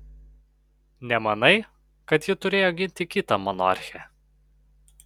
nemanai kad ji turėjo ginti kitą monarchę